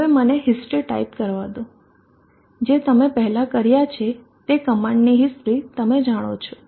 હવે મને history type કરવા દો જે તમે પહેલાં કર્યા છે તે કમાન્ડની હિસ્ટ્રી તમે જાણો છો